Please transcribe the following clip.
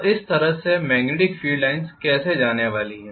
तो इस तरह से मेग्नेटिक फील्ड लाइन्स कैसे जाने वाली हैं